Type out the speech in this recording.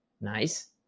nice